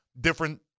Different